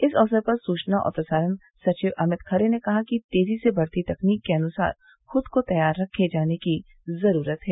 इस अवसर पर सूचना और प्रसारण सचिव अमित खरे ने कहा कि तेजी से बढ़ती तकनीक के अनुसार खुद को तैयार रखे जाने की जरूरत है